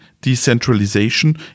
Decentralization